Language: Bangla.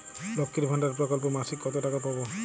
লক্ষ্মীর ভান্ডার প্রকল্পে মাসিক কত টাকা পাব?